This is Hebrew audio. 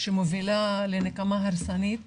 שמובילה לנקמה הרסנית